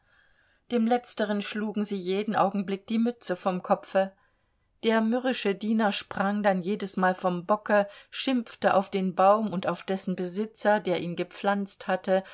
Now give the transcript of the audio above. dem letzteren schlugen sie jeden augenblick die mütze vom kopfe der mürrische diener sprang dann jedesmal vom bocke schimpfte auf den baum und auf dessen besitzer der ihn gepflanzt hatte